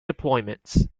deployments